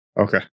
Okay